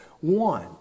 one